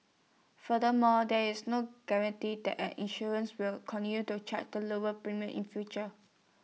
furthermore there is no guarantee that an insurance will continue to charge the lower premiums in future